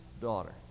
daughter